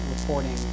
reporting